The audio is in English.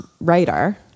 Writer